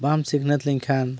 ᱵᱟᱢ ᱥᱤᱠᱷᱱᱟᱹᱛ ᱞᱮᱱᱠᱷᱟᱱ